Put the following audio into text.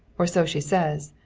or so she says.